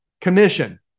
commission